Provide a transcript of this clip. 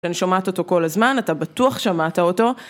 אני שומעת אותו כל הזמן, אתה בטוח שמעת אותו.